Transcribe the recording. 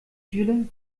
viele